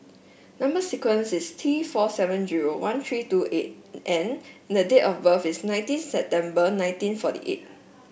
number sequence is T four seven zero one three two eight N and date of birth is nineteen September nineteen forty eight